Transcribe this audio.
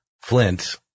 Flint